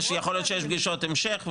יכול להיות שיהיו פגישות המשך וכדומה,